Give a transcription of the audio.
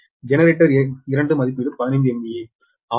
generator 2 மதிப்பீடு 15 MVA 6